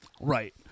Right